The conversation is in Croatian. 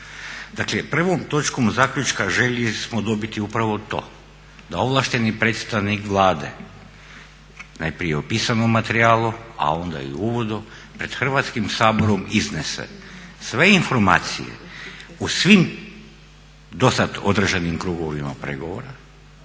Dakle, prvom točkom zaključka željeli smo dobiti upravo to da ovlašteni predstavnik Vlade najprije u pisanom materijalu a onda i u uvodu pred Hrvatskim saborom iznese sve informacije u svim dosad održanim krugovima pregovora